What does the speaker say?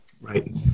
Right